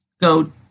go